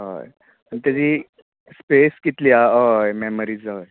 हय आनी तेजी स्पेस कितली आसा हय मॅमरीज हय